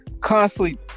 constantly